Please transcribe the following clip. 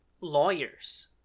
lawyers